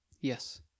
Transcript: Yes